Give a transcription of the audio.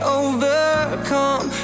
overcome